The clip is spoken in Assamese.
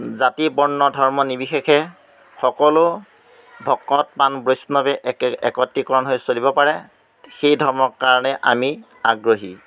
জাতি বৰ্ণ ধৰ্ম নিৰ্বিশেষে সকলো ভকত প্ৰাণ বৈষ্ণৱে একে একত্ৰিকৰণ হৈ চলিব পাৰে সেই ধৰ্মৰ কাৰণে আমি আগ্ৰহী